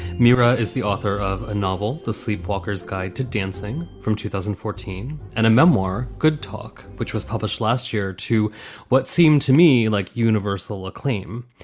mira is the author of a novel, the sleepwalkers guide to dancing from two thousand and fourteen and a memoir good talk, which was published last year to what seemed to me like universal acclaim.